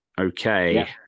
Okay